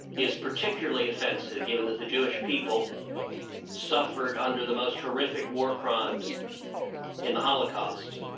is particularly offensive given that the jewish people suffered under the most horrific war crimes in the holocaust.